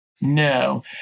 No